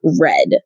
red